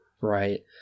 Right